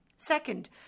Second